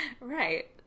Right